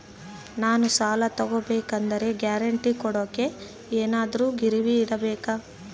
ನಾನು ಸಾಲ ತಗೋಬೇಕಾದರೆ ಗ್ಯಾರಂಟಿ ಕೊಡೋಕೆ ಏನಾದ್ರೂ ಗಿರಿವಿ ಇಡಬೇಕಾ?